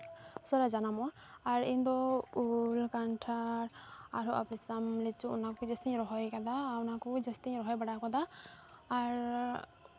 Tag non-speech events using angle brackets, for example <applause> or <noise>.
ᱩᱥᱟᱹᱨᱟ ᱡᱟᱱᱟᱢᱚᱜᱼᱟ ᱟᱨ ᱤᱧᱫᱚ ᱩᱞ ᱠᱟᱱᱴᱷᱟᱲ ᱟᱨᱦᱚᱸ <unintelligible> ᱞᱤᱪᱩ ᱚᱱᱟ ᱠᱚ ᱡᱟᱹᱥᱛᱤᱧ ᱨᱚᱦᱚᱭ ᱠᱟᱫᱟ ᱟᱨ ᱚᱱᱟ ᱠᱚ ᱡᱟᱹᱥᱛᱤᱧ ᱨᱚᱦᱚᱭ ᱵᱟᱲᱟ ᱟᱠᱟᱫᱟ ᱟᱨ